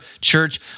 church